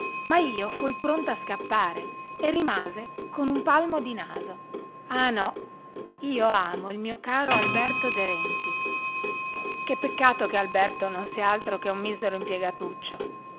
ma io fui pronta a scappare e rimase con un palmo di naso ah no io amo il mio caro alberto de renzis che peccato che alberto non sia altro che un misero